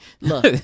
Look